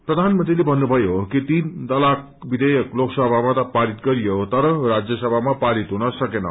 प्रधानमंत्रीले भन्नुभयो कि तीन तलाक विधेयक लोकसभामा त पारित गरियो तर राज्य सभामा पारित हुन सकेन